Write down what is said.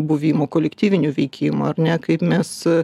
buvimu kolektyviniu veikimu ar ne kaip mes